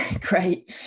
Great